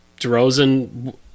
DeRozan